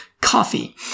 coffee